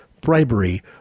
bribery